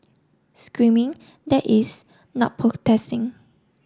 screaming that is not protesting